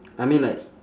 I mean like